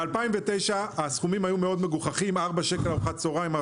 ב-2009 הסכומים היו מאוד מגוחכים 4 שקלים לארוחת צוהריים.